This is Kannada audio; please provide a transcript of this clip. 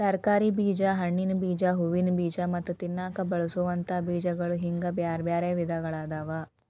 ತರಕಾರಿ ಬೇಜ, ಹಣ್ಣಿನ ಬೇಜ, ಹೂವಿನ ಬೇಜ ಮತ್ತ ತಿನ್ನಾಕ ಬಳಸೋವಂತ ಬೇಜಗಳು ಹಿಂಗ್ ಬ್ಯಾರ್ಬ್ಯಾರೇ ವಿಧಗಳಾದವ